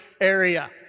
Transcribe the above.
area